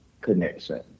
connection